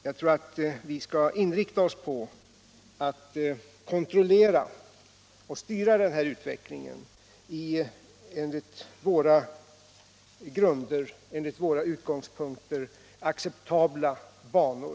Däremot skall vi inrikta oss på att kontrollera och styra den här utvecklingen i från våra utgångspunkter acceptabla banor.